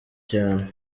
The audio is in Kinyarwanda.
cyane